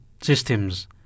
systems